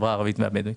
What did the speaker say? בחברה הערבית והבדואית.